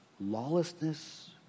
Lawlessness